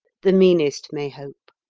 the meanest may hope,